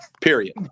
period